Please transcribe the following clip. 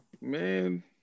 Man